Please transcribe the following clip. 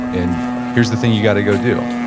and here's the thing you gotta go do.